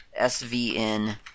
SVN